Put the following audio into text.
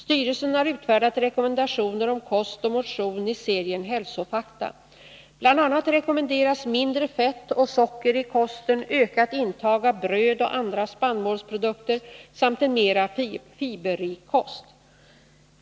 Styrelsen har utfärdat rekommendationer om kost och motion i serien Hälsofakta. Bl. a. rekommenderas mindre fett och socker i kosten, ökat intag av bröd och andra spannmålsprodukter samt en mera fiberrik kost.